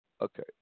Okay